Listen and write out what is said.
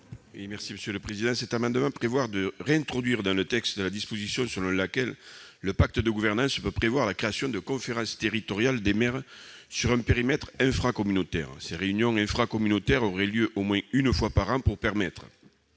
est à M. Henri Cabanel. Cet amendement vise à réintroduire dans le texte la disposition selon laquelle le pacte de gouvernance peut prévoir la création de conférences territoriales des maires sur un périmètre infracommunautaire. Ces réunions infracommunautaires auraient lieu au moins une fois par an, pour permettre